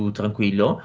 tranquillo